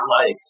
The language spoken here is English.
likes